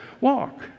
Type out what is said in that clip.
walk